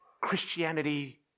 Christianity